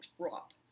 drop